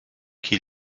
qui